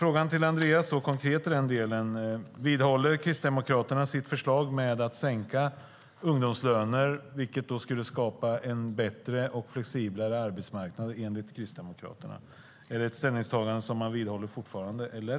Min konkreta fråga till Andreas i den delen är: Vidhåller Kristdemokraterna sitt förslag om att sänka ungdomslöner, vilket då skulle skapa en bättre och flexiblare arbetsmarknad, enligt Kristdemokraterna? Är det ett ställningstagande som man vidhåller fortfarande - eller?